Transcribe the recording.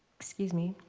excuse me.